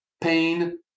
pain